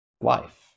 life